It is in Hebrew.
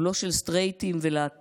הוא לא של סטרייטים ולהט"בים